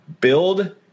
build